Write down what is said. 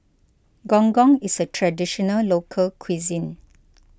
Gong Gong is a Traditional Local Cuisine